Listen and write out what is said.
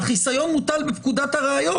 החיסיון מוטל בפקודת הראיות,